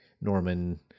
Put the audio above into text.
Norman